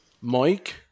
Mike